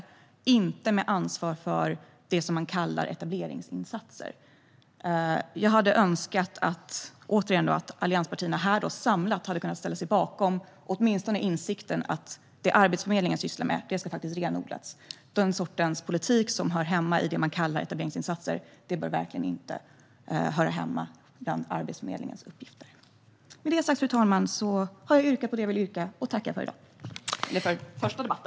Den ska inte ha ansvar för det som man kallar etableringsinsatser. Jag hade återigen önskat att allianspartierna samlat hade kunnat ställa sig bakom åtminstone insikten att det som Arbetsförmedlingen sysslar med ska renodlas. Den sortens politik som kallas etableringsinsatser hör verkligen inte hemma bland Arbetsförmedlingens uppgifter. Med detta sagt, fru talman, har jag yrkat bifall till det jag ville.